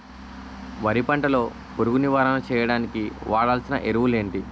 వరి పంట లో పురుగు నివారణ చేయడానికి వాడాల్సిన ఎరువులు ఏంటి?